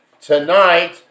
tonight